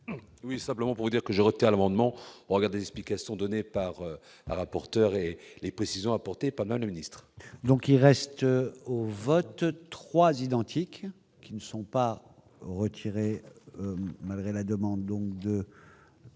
Oui, simplement vous dire que je vote à l'amendement regardez explication donnée par un rapporteur et les précisions apportées pendant le ministre. Donc, il reste au vote 3 identiques qui ne sont pas. Retiré malgré la demande donc